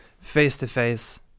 face-to-face